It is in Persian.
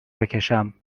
بکشم